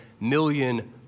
million